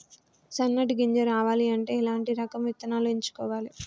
సన్నటి గింజ రావాలి అంటే ఎలాంటి రకం విత్తనాలు ఎంచుకోవాలి?